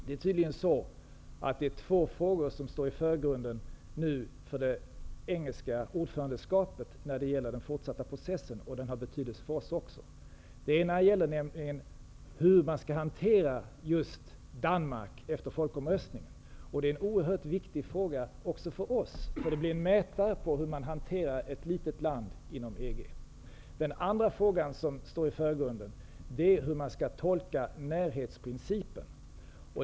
Det är tydligen två frågor som står i förgrunden för det engelska ordförandeskapet när det gäller den fortsatta processen, och den har betydelse för oss också. Den ena frågan gäller hur man skall hantera just Danmark efter folkomröstningen. Det är en oerhört viktig fråga för oss, därför att den blir en mätare på hur man hanterar ett litet land inom EG. Den andra frågan som står i förgrunden är hur man skall tolka närhetsprincipen.